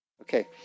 Okay